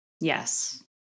Yes